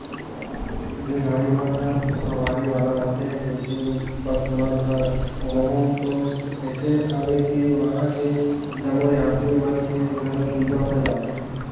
जेन गाड़ी मन हर सवारी वाला रथे जइसे बस मन हर ओम्हें तो अइसे अवे कि वंहा के जम्मो यातरी मन के घलो बीमा होय जाथे